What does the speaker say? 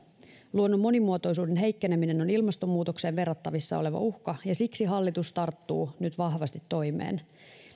luonnon monimuotoisuuden heikkeneminen on ilmastonmuutokseen verrattavissa oleva uhka ja siksi hallitus tarttuu nyt vahvasti toimeen